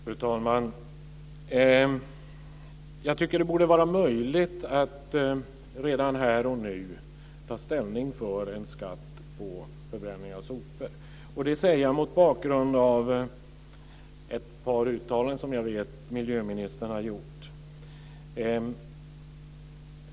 Fru talman! Jag tycker att det borde vara möjligt att redan här och nu ta ställning för en skatt på förbränning av sopor. Det säger jag mot bakgrund av ett par uttalanden som jag vet att miljöministern har gjort.